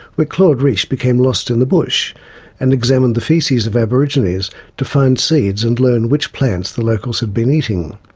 where claude riche became lost in the bush and examined the faeces of aborigines to find seeds and learn which plants the locals had been eating.